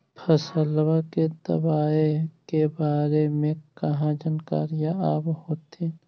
फसलबा के दबायें के बारे मे कहा जानकारीया आब होतीन?